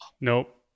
nope